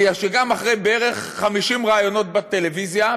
בגלל שגם אחרי בערך 50 ראיונות בטלוויזיה,